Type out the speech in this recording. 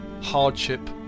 hardship